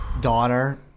daughter